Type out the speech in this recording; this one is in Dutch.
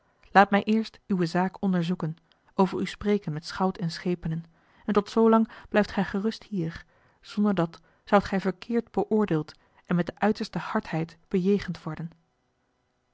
laat mij eerst uwe zaak onderzoeken over u spreken met schout en schepenen en tot zoolang blijft gij rustig hier zonderdat zoudt gij verkeerd beoordeeld en met de uiterste hardheid bejegend worden